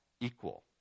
equal